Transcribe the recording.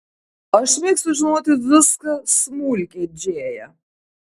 aš mėgstu žinoti viską smulkiai džėja